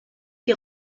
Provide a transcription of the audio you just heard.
qui